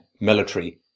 military